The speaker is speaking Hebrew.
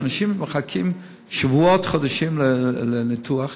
שאנשים שמחכים שבועות וחודשים לניתוח,